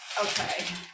Okay